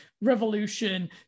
revolution